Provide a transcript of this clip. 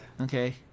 Okay